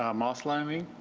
ah moss landing,